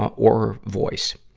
or voice.